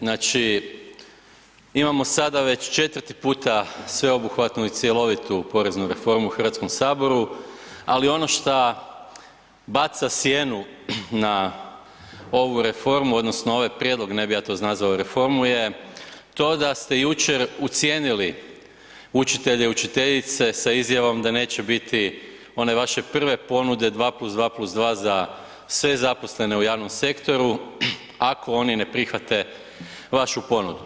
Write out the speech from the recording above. Znači imamo sada već 4. puta sveobuhvatnu i cjelovitu poreznu reformu u Hrvatskom saboru, ali ono šta baca sjednu na ovu reformu odnosno ovaj prijedlog, ne bih ja to nazvao reformu, je to da ste jučer ucijenili učitelje i učiteljice sa izjavom da neće biti one vaše prve ponude 2+2+2 za sve zaposlene u javnom sektoru ako oni ne prihvate vašu ponudu.